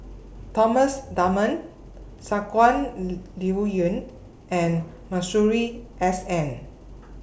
Thomas Dunman Shangguan Liuyun and Masuri S N